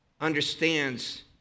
understands